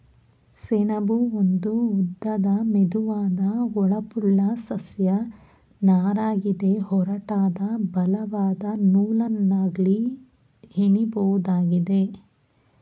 ಸೆಣಬು ಒಂದು ಉದ್ದದ ಮೆದುವಾದ ಹೊಳಪುಳ್ಳ ಸಸ್ಯ ನಾರಗಿದೆ ಒರಟಾದ ಬಲವಾದ ನೂಲನ್ನಾಗಿ ಹೆಣಿಬೋದಾಗಿದೆ